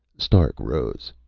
stark rose.